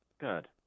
Good